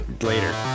Later